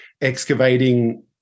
excavating